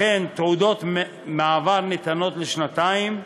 לכן, תעודות מעבר ניתנות לשנתיים,